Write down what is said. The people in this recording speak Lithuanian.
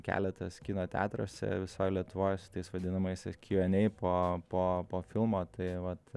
keletas kino teatruose visoj lietuvoj su tais vadinamaisiais q and a po po po filmo tai vat